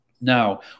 Now